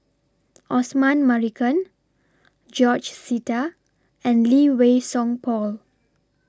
Osman Merican George Sita and Lee Wei Song Paul